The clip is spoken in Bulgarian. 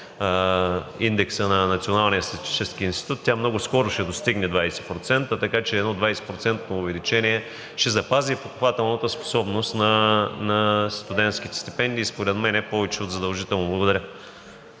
индекса на Националния статистически институт, тя много скоро ще достигне 20%. Така че едно 20% увеличение ще запази покупателната способност на студентските стипендии и според мен е повече от задължително. Благодаря.